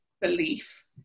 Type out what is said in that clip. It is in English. belief